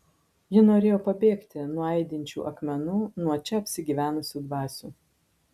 ji norėjo pabėgti nuo aidinčių akmenų nuo čia apsigyvenusių dvasių